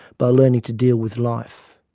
by learning to deal with life.